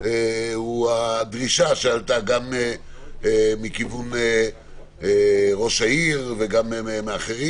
הדרישה שעלתה גם מכיוון ראש העיר ומאחרים,